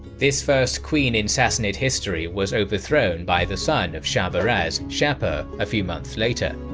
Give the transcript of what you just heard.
this first queen in sassanid history was overthrown by the son of shahrbaraz, shapur, a few months later.